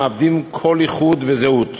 מאבדים כל ייחוד וזהות,